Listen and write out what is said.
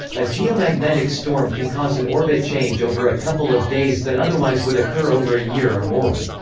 a geomagnetic storm can cause an orbit change over a couple of days that otherwise would occur over a year or more.